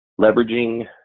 leveraging